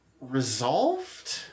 resolved